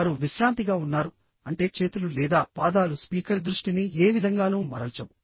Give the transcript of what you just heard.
వారు విశ్రాంతిగా ఉన్నారు అంటే చేతులు లేదా పాదాలు స్పీకర్ దృష్టిని ఏ విధంగానూ మరల్చవు